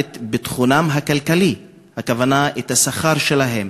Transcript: לביטחונם הכלכלי, הכוונה: לשכר שלהם.